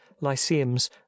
lyceums